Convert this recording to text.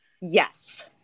Yes